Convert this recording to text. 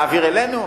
להעביר אלינו?